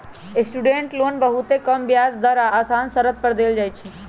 student loan बहुते कम ब्याज दर आऽ असान शरत पर देल जाइ छइ